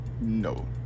No